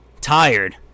tired